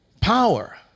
power